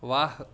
ವಾಹ್